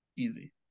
easy